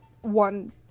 One